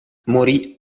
morì